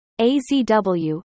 AZW